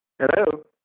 Hello